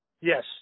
Yes